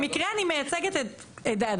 במקרה אני מייצגת את דדש,